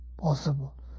possible